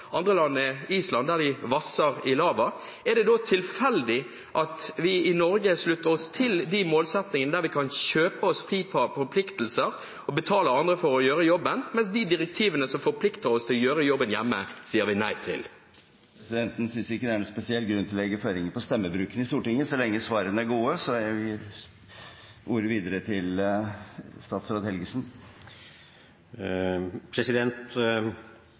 er det da tilfeldig at vi i Norge slutter oss til de målsettingene der vi kan kjøpe oss fri fra forpliktelser og betale andre for å gjøre jobben, mens de direktivene som forplikter oss til å gjøre jobben hjemme, sier vi nei til? Presidenten synes ikke det er noen spesiell grunn til å legge føringer for stemmebruken i Stortinget, så lenge svarene er gode. Om stemmebruken min hadde vært mer inspirerende, kunne kanskje likevel representanten Eidsvoll Holmås fått med seg at jeg